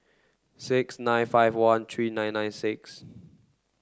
six nine five one three nine nine six